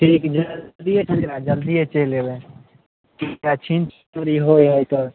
ठीक हइ जल्दिए चला जल्दिए चलि अएबै छीनिछोर होइ हइ तऽ